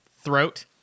throat